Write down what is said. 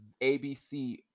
ABC